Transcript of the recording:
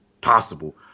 possible